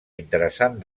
interessant